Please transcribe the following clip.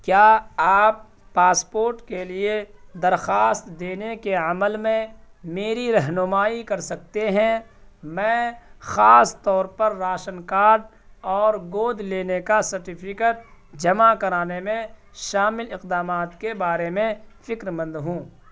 کیا آپ پاسپورٹ کے لیے درخواست دینے کے عمل میں میری رہنمائی کر سکتے ہیں میں خاص طور پر راشن کارڈ اور گود لینے کا سرٹیفکیٹ جمع کرانے میں شامل اقدامات کے بارے میں فکرمند ہوں